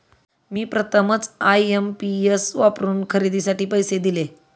मी प्रथमच आय.एम.पी.एस वापरून खरेदीसाठी पैसे दिले